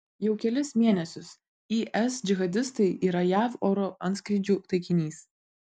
jau kelis mėnesius is džihadistai yra jav oro antskrydžių taikinys